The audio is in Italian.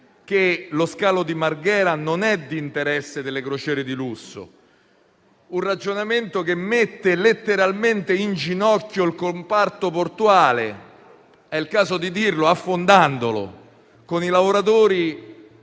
che lo scalo di Marghera non è di interesse delle crociere di lusso? Si mette letteralmente in ginocchio il comparto portuale - è il caso di dirlo - affondandolo, con i lavoratori